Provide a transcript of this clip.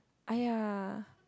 !aiya!